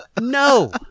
no